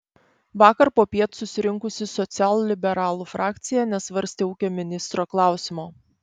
vakar popiet susirinkusi socialliberalų frakcija nesvarstė ūkio ministro klausimo